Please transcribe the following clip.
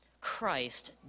Christ